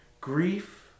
Grief